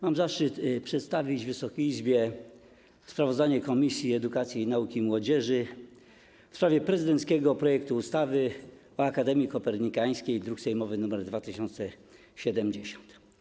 Mam zaszczyt przedstawić Wysokiej Izbie sprawozdanie Komisji Edukacji, Nauki i Młodzieży w sprawie prezydenckiego projektu ustawy o Akademii Kopernikańskiej, druk sejmowy nr 2070.